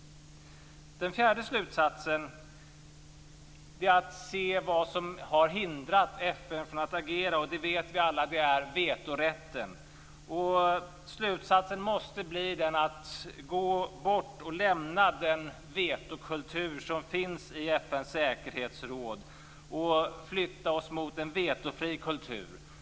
Den fjärde slutsatsen handlar om att se vad som har hindrat FN från att agera. Vi vet alla att det är vetorätten. Slutsaten måste bli att vi skall lämna den vetokultur som finns i FN:s säkerhetsråd och förflytta oss mot en vetofri kultur.